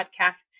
podcast